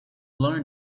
learn